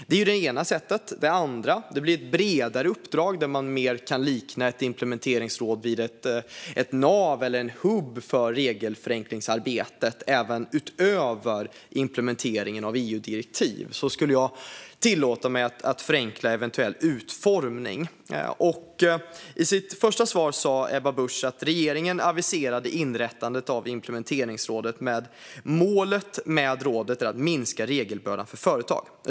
Det andra är ett bredare uppdrag där man kan likna rådet vid ett nav eller en hubb för regelförenklingsarbete även utöver implementering av EU-direktiv. I sitt första svar sa Ebba Busch att regeringen aviserade inrättandet av ett implementeringsråd med målet att minska regelbördan för företag.